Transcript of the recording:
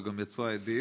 וגם יצרה הדים.